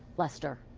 lester?